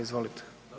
Izvolite.